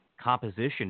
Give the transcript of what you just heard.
composition